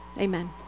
amen